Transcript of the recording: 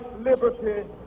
liberty